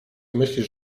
myślisz